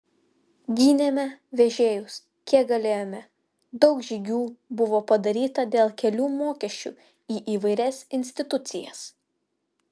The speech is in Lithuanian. gynėme vežėjus kiek galėjome daug žygių buvo padaryta dėl kelių mokesčių į įvairias institucijas